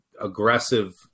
aggressive